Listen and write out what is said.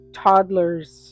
toddlers